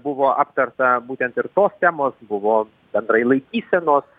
buvo aptarta būtent ir tos temos buvo bendrai laikysenos